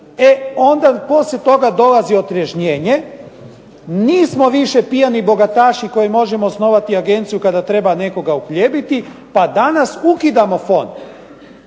E, onda poslije toga dolazi otriježnjenje. Nismo više pijani bogataši koji možemo osnovati agenciju kada treba nekoga opljeviti pa danas ukidamo fond.